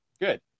good